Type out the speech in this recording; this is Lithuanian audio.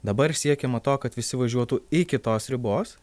dabar siekiama to kad visi važiuotų iki tos ribos